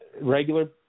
Regular